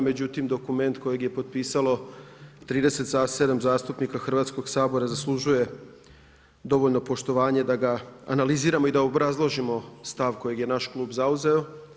Međutim, dokument kojeg je potpisalo 37 zastupnika Hrvatskog sabora zaslužuje dovoljno poštovanje da ga analiziramo i da obrazložimo stav kojeg je naš klub zauzeo.